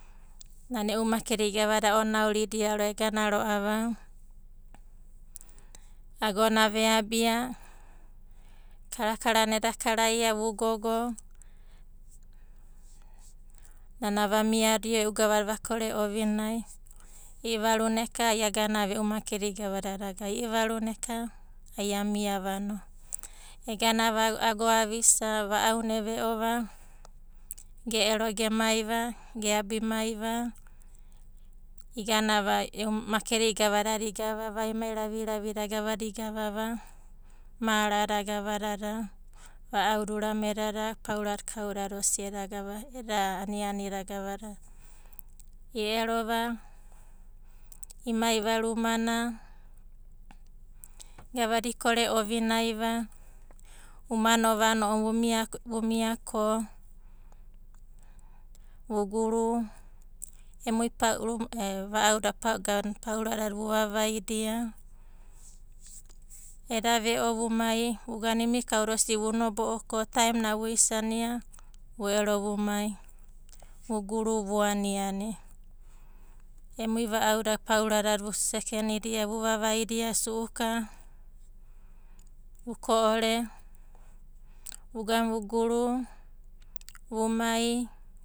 Nana e'u mamedida gavadada a'anaurida egana ro'ava agona veabia, karakara na eda karaia vugogo nana vumiadio e'u gavada vakore ovinai. I'ivaruna eka ai aganava e'u makedida gavadada agavava. I'ivaruna eka amiava no eganava ago avisa va'auna eve'o, ge'ero gemaiva, geabimaiva iganava e'u makedi da gavadada, igava, emai raviravida gavdada igava va. Marada gavadada, va'au da uname dada paurada kaudada osidi eda anianida gavadada. I'erova imaiva rumana, gavada ikore ovinai ro'ava. Umanova ko vuguru, emu va'au da pauradada vu vavaida. Eda ve'o vumai vugana kauda osi vunabo'o ko taem na vuisania, vu'ero vumai vuguru vuaniani. Emui va'auda pauradada vusekenidia, vu vavaida su'uka vuko'ore vugana vuguru vumai.